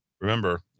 remember